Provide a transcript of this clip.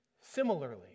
Similarly